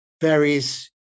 varies